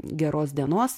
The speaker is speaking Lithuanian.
geros dienos